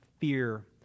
fear